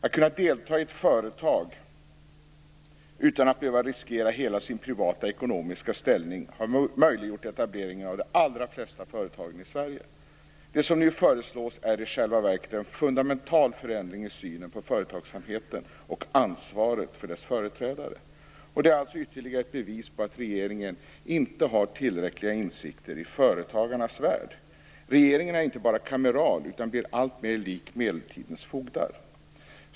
Att kunna delta i ett företag utan att behöva riskera hela sin privata ekonomiska ställning har möjliggjort etablering av de allra flesta företag i Sverige. Det som nu föreslås är i själva verket en fundamental förändring i synen på företagsamheten och ansvaret för dess företrädare. Det är alltså ytterligare ett bevis för att regeringen inte har tillräckliga insikter i företagarnas värld. Regeringen är inte bara kameral, utan blir alltmer lik medeltidens fogdar.